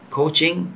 coaching